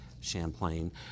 Champlain